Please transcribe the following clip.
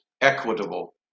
equitable